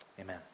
amen